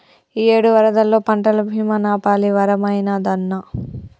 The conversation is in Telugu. ఇయ్యేడు వరదల్లో పంటల బీమా నాపాలి వరమైనాదన్నా